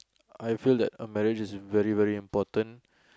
I feel that a marriage is very very important